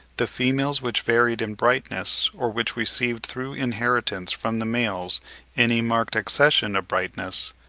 the females which varied in brightness, or which received through inheritance from the males any marked accession of brightness,